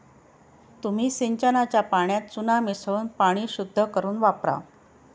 तुम्ही सिंचनाच्या पाण्यात चुना मिसळून पाणी शुद्ध करुन वापरा